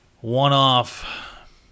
one-off